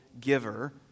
giver